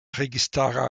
registara